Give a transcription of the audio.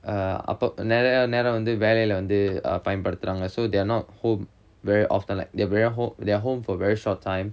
err அப்ப நேரா நேரா வந்து வேலைல வந்து பயன்படுத்துறாங்க:appa neraa neraa vanthu velaila vanthu payanpaduthuraanga so they are not home very often like they are very they are home for very short time